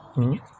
hmm